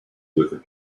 with